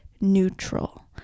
neutral